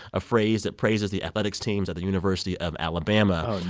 a phrase that praises the athletics teams at the university of alabama. oh, no.